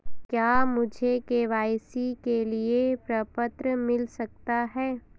क्या मुझे के.वाई.सी के लिए प्रपत्र मिल सकता है?